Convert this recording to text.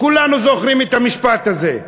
כולנו זוכרים את המשפט הזה.